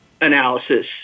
analysis